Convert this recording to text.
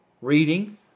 reading